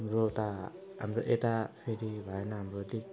हाम्रो यता हाम्रो यता फेरि भएन हाम्रो लिक